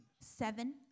Seven